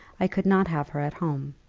i could not have her at home.